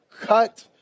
cut